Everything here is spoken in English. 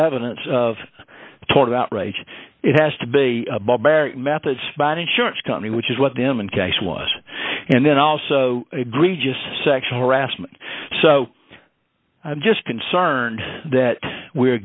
evidence of total outrage it has to be a barrier methods by an insurance company which is what the m and case was and then also agree just sexual harassment so i'm just concerned that we're